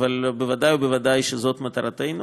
אבל ודאי וודאי שזאת מטרתנו,